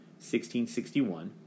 1661